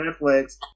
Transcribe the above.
Netflix –